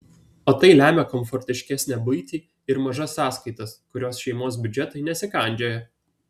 o tai lemia komfortiškesnę buitį ir mažas sąskaitas kurios šeimos biudžetui nesikandžioja